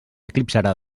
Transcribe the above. eclipsarà